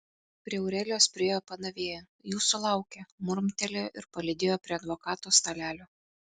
prie aurelijos priėjo padavėja jūsų laukia murmtelėjo ir palydėjo prie advokato stalelio